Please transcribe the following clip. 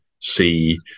see